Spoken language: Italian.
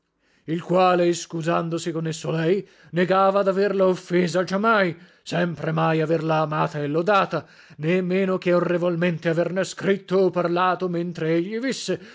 il quale iscusandosi con esso lei negava daverla offesa giamai sempremai averla amata e lodata né meno che orrevolmente averne scritto o parlato mentre egli visse